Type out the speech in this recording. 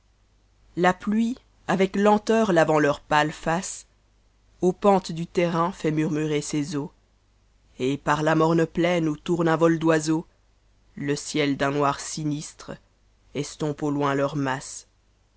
la pluie avec lenteur lavant leurs pâtes ces aux pentes du terrain fait murmurer ses eaux nt par la morne plaine oa tourne un vol d'o seaux le ciel d'un noir sinistre estompeau loin teurs masses